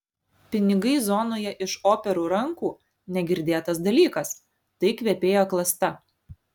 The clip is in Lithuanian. pinigai zonoje iš operų rankų negirdėtas dalykas tai kvepėjo klasta